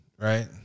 right